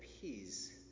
peace